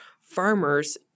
farmers